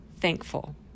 thankful